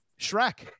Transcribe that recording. Shrek